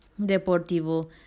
Deportivo